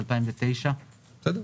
אני מבין